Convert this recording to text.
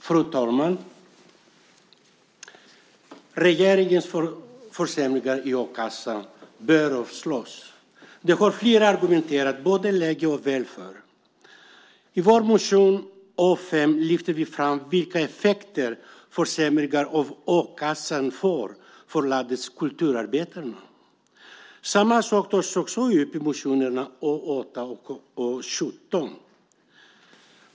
Fru talman! Regeringens försämringar i a-kassan bör avslås. Det har flera argumenterat både länge och väl för. I vår motion A5 lyfter vi fram vilka effekter försämringarna av a-kassan får för landets kulturarbetare. Samma sak tas upp i motionerna A8 och A17.